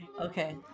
Okay